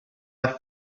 have